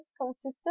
consisted